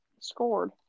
Scored